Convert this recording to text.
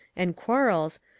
and quarles,